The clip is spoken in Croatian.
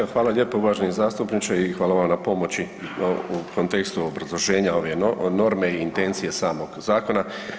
Evo, hvala lijepo uvaženi zastupniče i hvala vam na pomoći u kontekstu obrazloženja ove norme i intencije samog zakona.